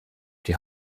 die